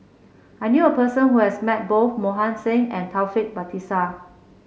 I knew a person who has met both Mohan Singh and Taufik Batisah